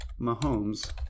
Mahomes